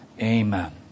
amen